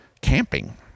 camping